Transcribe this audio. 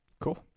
cool